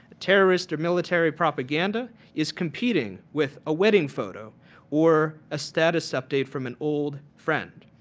terrorists are military propaganda is competing with a wedding photo or a status update from an old friend.